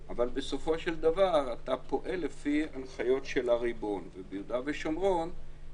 אבל בסופו של דבר אתה פועל לפי הנחיות הריבון וביהודה ושומרון,